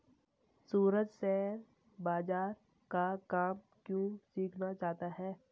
सूरज share बाजार का काम क्यों सीखना चाहता है?